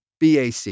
BAC